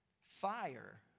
fire